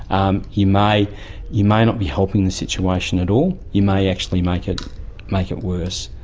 um you may you may not be helping the situation at all, you may actually make it make it worse.